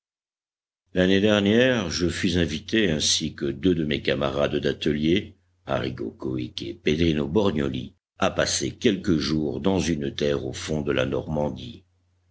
l'année dernière je fus invité ainsi que deux de mes camarades d'atelier arrigo cohic et pedrino borgnioli à passer quelques jours dans une terre au fond de la normandie